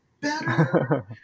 better